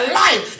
life